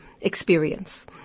experience